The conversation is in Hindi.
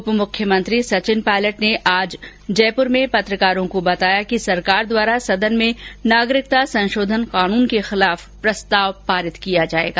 उप मुख्यमंत्री सचिन पायलट ने आज जयपुर में पत्रकारों को बताया कि सरकार द्वारा सदन में नागरिकता संशोधन कानून के खिलाफ प्रस्ताव पारित किया जायेगा